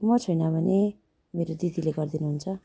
म छुइनँ भने मेरो दिदीले गरिदिनु हुन्छ